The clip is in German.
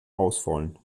ausfallen